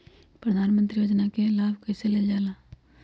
प्रधानमंत्री योजना कि लाभ कइसे लेलजाला?